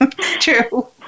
True